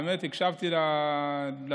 האמת, הקשבתי לדברים.